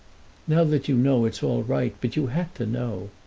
now that you know, it's all right but you had to know.